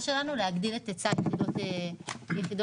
שלנו להגדיל את היצע יחידות הדיור.